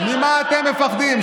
אז ממה אתם מפחדים?